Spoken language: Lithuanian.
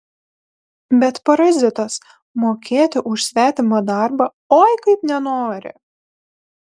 bet parazitas mokėti už svetimą darbą oi kaip nenori